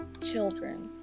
children